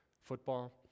football